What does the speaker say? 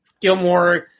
Gilmore